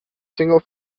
single